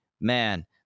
man